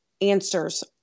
answers